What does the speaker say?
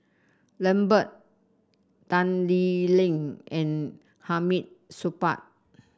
Lambert Tan Lee Leng and Hamid Supaat